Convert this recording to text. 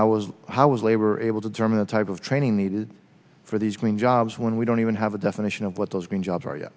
how how is labor able to determine the type of training needed for these green jobs when we don't even have a definition of what those green jobs are y